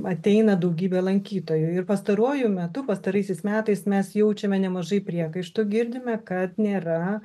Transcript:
ateina daugybė lankytojų ir pastaruoju metu pastaraisiais metais mes jaučiame nemažai priekaištų girdime kad nėra